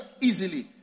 easily